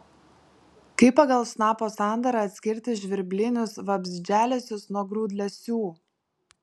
kaip pagal snapo sandarą atskirti žvirblinius vabzdžialesius nuo grūdlesių